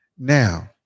Now